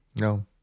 No